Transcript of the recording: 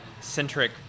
centric